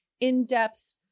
in-depth